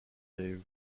gave